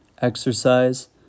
exercise